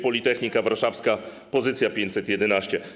Politechnika Warszawska - pozycja 511.